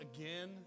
again